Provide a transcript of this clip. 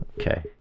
Okay